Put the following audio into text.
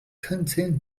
canteen